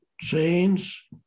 change